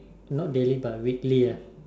not daily but weekly